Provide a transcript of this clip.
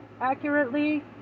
Accurately